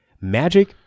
magic